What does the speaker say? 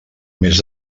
més